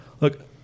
look